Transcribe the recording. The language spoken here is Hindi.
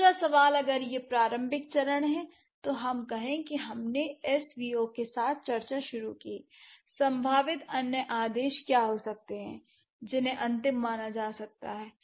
दूसरा सवाल अगर यह प्रारंभिक चरण है तो हम कहें कि हमने एसवीओ के साथ चर्चा शुरू की संभावित अन्य आदेश क्या हो सकते हैं जिन्हें अंतिम माना जा सकता है